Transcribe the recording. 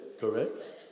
correct